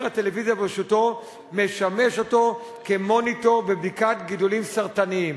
הטלוויזיה שברשותו משמש אותו כמוניטור בבדיקת גידולים סרטניים,